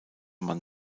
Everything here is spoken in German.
man